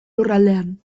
lurraldean